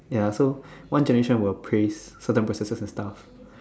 ya so one generation will praise certain processes and stuff